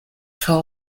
fell